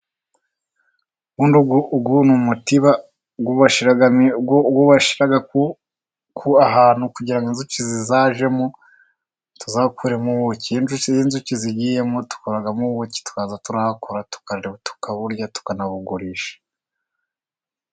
Uyu ni umutiba wo bashyiramo, wo washyira ahantu kugira inzuku zizajyemo tuzakuremo ubuki. Iyo inzuki zigiyemo dukuramo ubuki. Tukajya turahakura, tukaburya tukajya turanabugurisha.